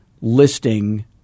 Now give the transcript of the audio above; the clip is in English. listing